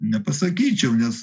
nepasakyčiau nes